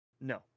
No